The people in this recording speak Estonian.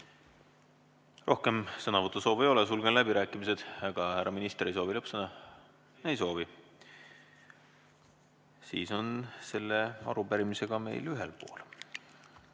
Rohkem sõnavõtusoove ei ole, sulgen läbirääkimised. Ega härra minister ei soovi lõppsõna? Ei soovi. Siis oleme selle arupärimisega ühel pool